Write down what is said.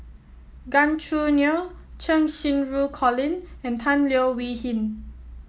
Gan Choo Neo Cheng Xinru Colin and Tan Leo Wee Hin